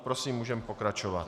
Prosím, můžeme pokračovat.